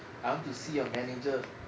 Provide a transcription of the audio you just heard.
I want to see your manager